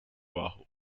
bajo